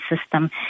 system